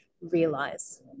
realize